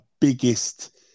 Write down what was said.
biggest